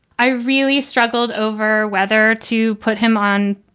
i really struggled over whether to put him on,